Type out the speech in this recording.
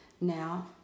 Now